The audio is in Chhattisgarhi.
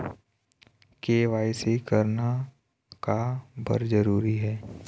के.वाई.सी करना का बर जरूरी हे?